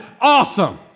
awesome